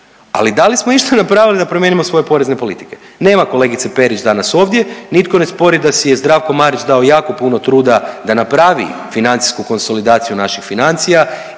Ali da li smo išta napravili da promijenimo svoje porezne politike? Nema kolegice Perić danas ovdje, nitko ne spori da si je Zdravko Marić dao jako puno truda da napravi financijsku konsolidaciju naših financija,